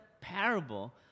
parable